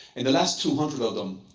in the last two hundred of them,